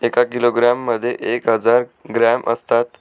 एका किलोग्रॅम मध्ये एक हजार ग्रॅम असतात